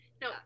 No